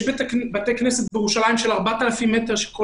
יש בתי כנסת בירושלים של 4,000 מטר.